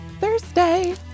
Thursday